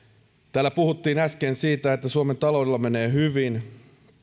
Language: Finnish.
täällä puhuttiin äsken siitä että suomen taloudella menee hyvin